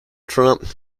trump